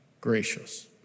gracious